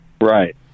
Right